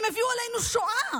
הם הביאו עלינו שואה.